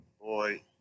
boy